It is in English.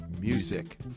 Music